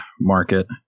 market